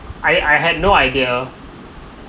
I I had no idea